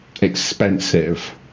expensive